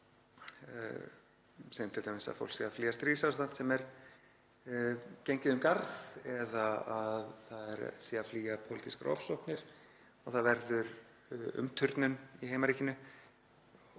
Segjum t.d. að fólk sé að flýja stríðsástand sem er um garð gengið eða að það sé að flýja pólitískar ofsóknir og það verður umturnun í heimaríkinu.